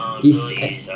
it's at